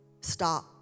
stop